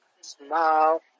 Smile